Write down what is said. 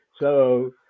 So-